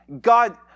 God